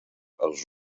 els